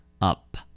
up